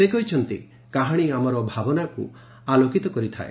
ସେ କହିଛନ୍ତି କାହାଣୀ ଆମର ଭାବନାକୁ ଆଲୋକିତ କରିଥାଏ